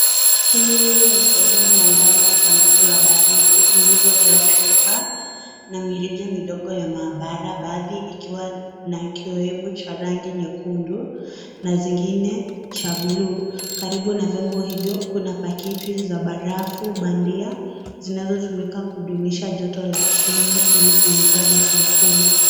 Hii ni sehemu ya ndani ya sanduku la baridi lililojaa chupa na mirija midogo ya maabara. Baadhi ikiwa na kiwevu cha rangi nyekundu na zingine cha bluu. Karibu na vyombo hivyo kuna pakiti za barafu bandia zinazotumika kudumisha joto la chini ili kuhifadhi sampuli.